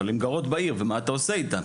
אבל הן גרות בעיר ומה אתה עושה איתן?